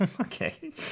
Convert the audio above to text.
okay